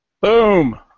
Boom